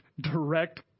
direct